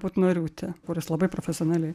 butnoriūtė kuris labai profesionaliai